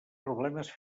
problemes